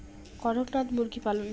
করকনাথ মুরগি পালন?